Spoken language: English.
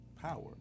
power